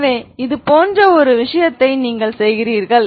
எனவே இதுபோன்ற ஒரு காரியத்தை நீங்கள் செய்கிறீர்கள்